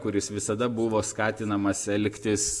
kuris visada buvo skatinamas elgtis